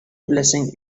blessing